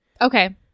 Okay